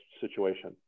situation